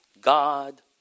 God